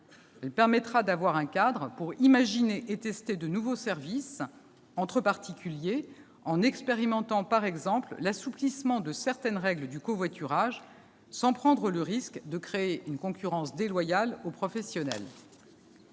Celle-ci permettra d'avoir un cadre pour imaginer et tester de nouveaux services entre particuliers en expérimentant, par exemple, l'assouplissement de certaines règles liées au covoiturage, sans prendre le risque de créer une concurrence déloyale vis-à-vis des professionnels.